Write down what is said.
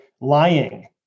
lying